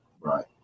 Right